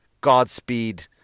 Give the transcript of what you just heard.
Godspeed